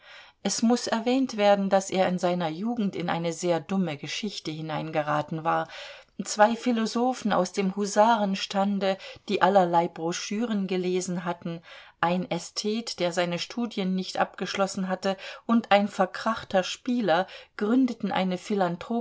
es muß erwähnt werden daß er in seiner jugend in eine sehr dumme geschichte hineingeraten war zwei philosophen aus dem husarenstande die allerlei broschüren gelesen hatten ein ästhet der seine studien nicht abgeschlossen hatte und ein verkrachter spieler gründeten eine